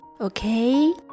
okay